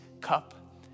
cup